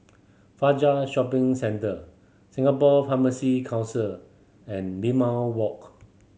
Fajar Shopping Centre Singapore Pharmacy Council and Limau Walk